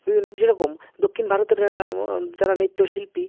বিভিন্ন যেরকম দক্ষিণ ভারতের যারা নৃত্য শিল্পী